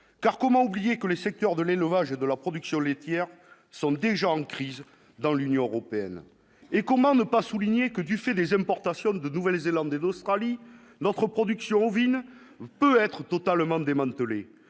car comment oublier que le secteur de l'élevage et de la production laitière sont déjà en crise dans l'Union européenne et comment ne pas souligner que, du fait des importations de Nouvelle-Zélande et d'Australie. Notre production ovine peut être totalement démantelée